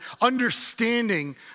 understanding